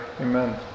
Amen